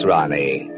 Ronnie